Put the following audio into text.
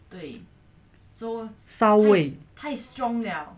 骚味